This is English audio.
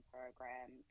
Program